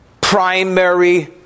primary